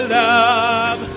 love